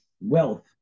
wealth